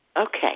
Okay